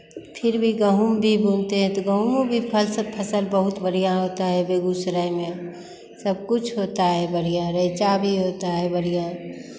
फिर भी गेहूँ भी बुनते हैं तो गेहूँ भी फस फसल बहुत बढ़ियाँ होता है बेगूसराय में सब कुछ होता है बढ़ियाँ रैंचा भी होता है बढ़ियाँ